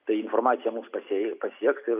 ta informacija mus pasiej pasieks ir